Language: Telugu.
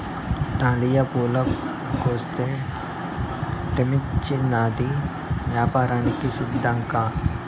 దాలియా పూల కోసే టైమొచ్చినాది, యాపారానికి సిద్ధంకా